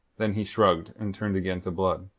then he shrugged, and turned again to blood.